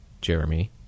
Jeremy